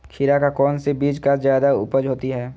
खीरा का कौन सी बीज का जयादा उपज होती है?